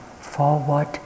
forward